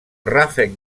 ràfec